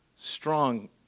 strong